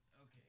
Okay